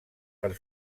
per